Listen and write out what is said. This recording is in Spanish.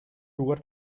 lugar